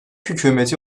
hükümeti